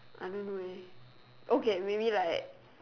I don't know eh okay maybe like